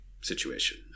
situation